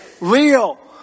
real